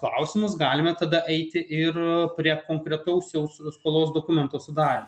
klausimus galime tada eiti ir prie konkretaus jau skolos dokumento sudarymo